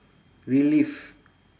relive